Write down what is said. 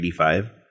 85